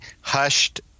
hushed